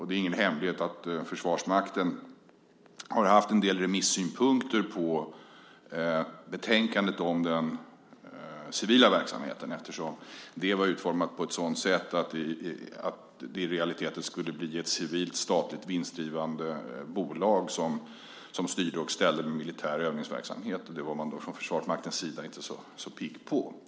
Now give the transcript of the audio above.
Det är ingen hemlighet att Försvarsmakten har haft en del remissynpunkter på betänkandet om den civila verksamheten eftersom det var utformat på ett sådant sätt att det i realiteten skulle bli ett civilt statligt vinstdrivande bolag som styrde och ställde med militär övningsverksamhet. Det var man inte så pigg på från Försvarsmaktens sida.